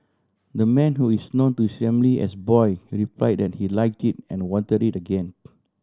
the man who is known to his family as Boy replied that he liked it and wanted it again